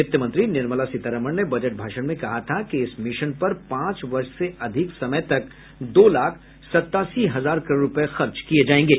वित्त मंत्री निर्मला सीतारमण ने बजट भाषण में कहा था कि इस मिशन पर पांच वर्ष से अधिक समय तक दो लाख सतासी हजार करोड़ रुपये खर्च किये जाएंगे